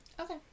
Okay